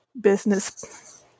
business